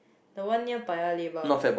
the one near Paya-Lebar